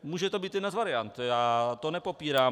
Může to být jedna z variant, já to nepopírám.